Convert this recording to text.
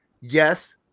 yes